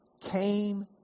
came